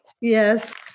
Yes